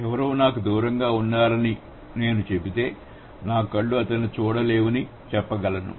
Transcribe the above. ఎవరో నాకు దూరంగా ఉన్నారని నేను చెబితే నా కళ్ళు అతన్ని చూడలేవని చెప్పగలను